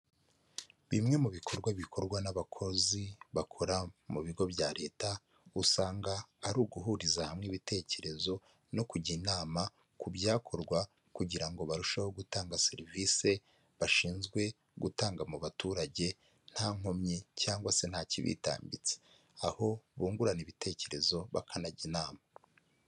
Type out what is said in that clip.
Bimwe mu bikorwa bikorwa n'abakozi bakora mu bigo bya leta usanga ari uguhuriza hamwe ibitekerezo no kujya inama ku byakorwa kugira ngo barusheho gutanga serivisi bashinzwe gutanga mu baturage nta nkomyi cyangwa se nta kibitambitse aho bungurana ibitekerezo bakanajya inama.